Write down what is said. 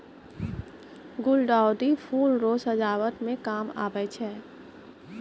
गुलदाउदी फूल रो सजावट मे काम आबै छै